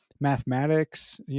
mathematics